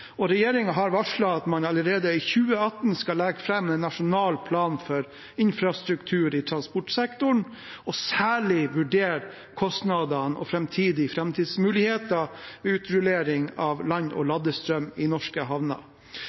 har varslet at man allerede i 2018 skal legge fram en nasjonal plan for infrastruktur i transportsektoren og særlig vurdere kostnadene og framtidsmuligheter, utrullering av land- og ladestrøm i norske havner.